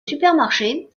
supermarché